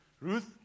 Ruth